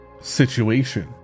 situation